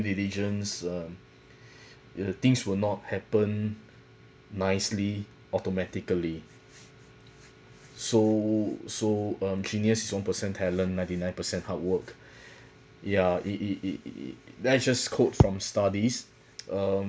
diligence um the things will not happen nicely automatically so so um genius is one percent talent ninety nine percent hard work yeah it it it it it let's just quote from studies um